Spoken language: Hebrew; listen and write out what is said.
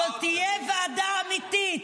זאת תהיה ועדה אמיתית,